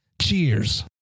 Cheers